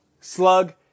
Slug